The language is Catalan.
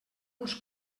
uns